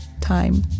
time